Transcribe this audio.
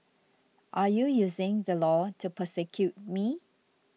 are you using the law to persecute me